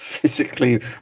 Physically